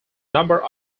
number